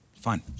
Fine